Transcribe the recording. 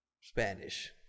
spanish